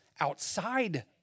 outside